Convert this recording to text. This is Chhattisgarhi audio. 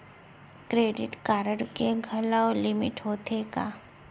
क्रेडिट कारड के घलव लिमिट होथे का?